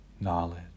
knowledge